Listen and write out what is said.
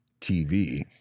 TV